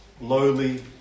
lowly